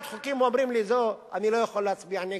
חוקים ואומרים לי: אני לא יכול להצביע נגד,